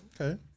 Okay